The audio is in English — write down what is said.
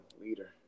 leader